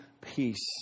peace